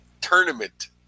tournament